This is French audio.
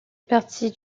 partie